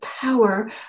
power